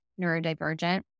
neurodivergent